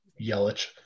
Yelich